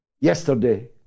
yesterday